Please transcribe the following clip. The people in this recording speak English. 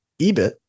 EBIT